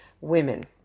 women